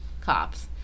cops